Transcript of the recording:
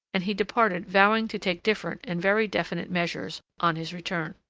and he departed vowing to take different and very definite measures on his return.